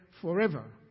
forever